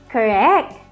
Correct